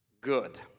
good